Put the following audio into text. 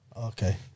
Okay